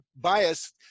bias